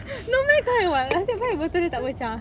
no meh correct [what] nasib baik botol dia tak pecah